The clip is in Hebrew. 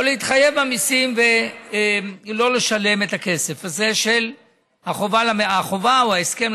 או להתחייב במיסים ולא לשלם לממשלה את הכסף הזה של החובה או ההסכם.